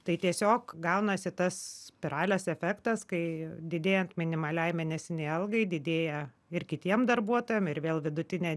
tai tiesiog gaunasi tas spiralės efektas kai didėjant minimaliai mėnesinei algai didėja ir kitiem darbuotojam ir vėl vidutinė